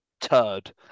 turd